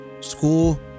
school